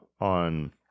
on